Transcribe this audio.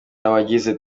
n’abagize